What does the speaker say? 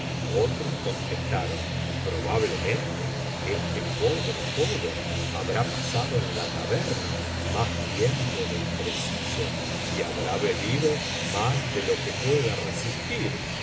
otros contestaron probablemente este pobre joven habrá pasado en la taberna más tiempo del preciso y habrá bebido más de lo que pueda resistir